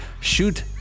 shoot